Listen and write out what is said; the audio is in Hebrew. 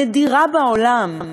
נדירה בעולם,